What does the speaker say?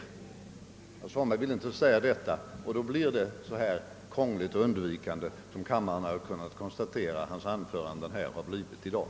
Herr Svanberg vill inte medge detta, och därför är hans anföranden så krångliga och undvikande, som kammaren har kunnat konstatera att de blivit här i dag.